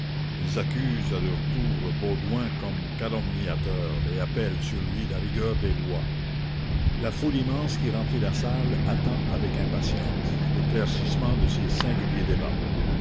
ils accusent à leur tour baudouin comme calomniateur et appellent sur lui la rigueur des lois la foule immense qui remplit la salle attend avec impatience l'éclaircissement de ces singuliers débats